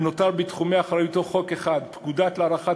ונותר בתחומי אחריותו חוק אחד: פקודה להארכת